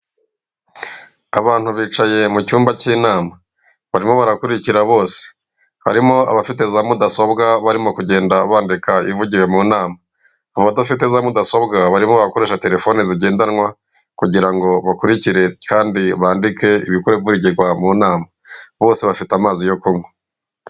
Abantu bicaye mu cyumba cy'inama barimo barakurikira bose, harimo abafite za mudasobwa barimo kugenda bandika ivugirwa mu nama. Abadafite za mudasobwa barimo abakoresha telefoni zigendanwa kugira ngo bakurikire kandi bandike ibivugirwa mu nama bose bafite amazi yo kunywa.